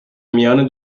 میان